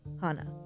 Hana